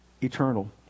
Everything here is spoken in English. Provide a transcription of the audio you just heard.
eternal